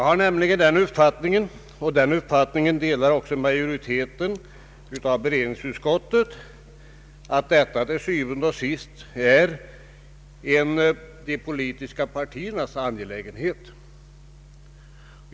Jag har den uppfattningen — och den delas av beredningsutskottets majoritet — att detta til syvende og sidst är en de politiska partiernas angelägenhet.